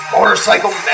Motorcycle